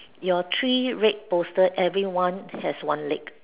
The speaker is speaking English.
your three red poster everyone has one leg